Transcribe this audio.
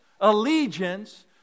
allegiance